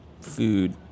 food